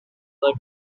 but